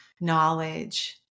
knowledge